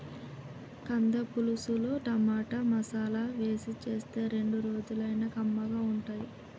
కంద పులుసుల టమాటా, మసాలా వేసి చేస్తే రెండు రోజులైనా కమ్మగా ఉంటది